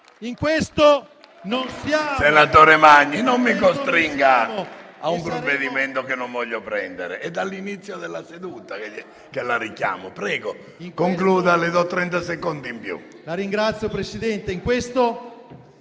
Senatore Magni, non mi costringa a un provvedimento che non voglio prendere. È dall'inizio della seduta che la richiamo. Prego, senatore Speranzon, concluda, le do trenta secondi in più.